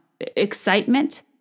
excitement